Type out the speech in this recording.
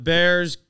Bears